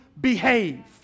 behave